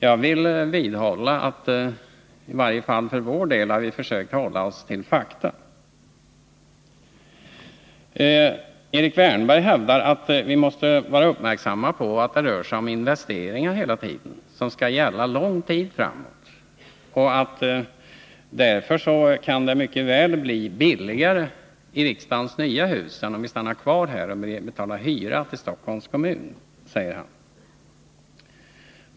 Jag vill vidhålla att i varje fall jag för min del har försökt hålla mig till fakta. Erik Wärnberg hävdar att vi måste vara uppmärksamma på att det hela tiden rör sig om investeringar, som skall gälla lång tid framåt. Därför kan det mycket väl bli billigare i riksdagens nya hus än om vi stannar kvar här och betalar hyra till Stockholms kommun, säger han.